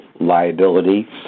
liability